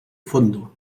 fondo